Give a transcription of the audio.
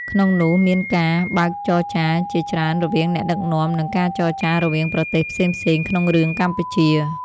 ក្នុងនោះមានការ បើកចរចាជាច្រើនរវាងអ្នកដឹកនាំ និងការចរចារវាងប្រទេសផ្សេងៗក្នុងរឿងកម្ពុជា។